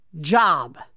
job